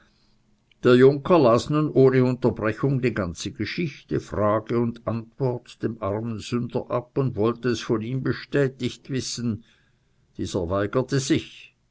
der junker las nun ohne unterbrechung die ganze geschichte frage und antwort dem armen sünder ab und wollte es von ihm bestätigt wissen dieser weigerte sich